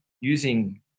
using